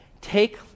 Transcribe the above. Take